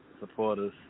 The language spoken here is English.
supporters